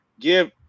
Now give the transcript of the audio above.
give –